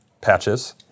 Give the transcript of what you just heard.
patches